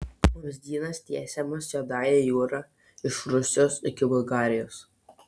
vamzdynas tiesiamas juodąja jūra iš rusijos iki bulgarijos